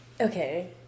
okay